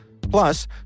Plus